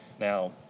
Now